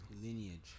Lineage